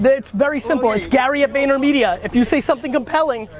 it's very simple, it's gary at vaynermedia. if you say something compelling,